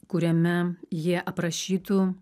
kuriame jie aprašytų